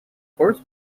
horse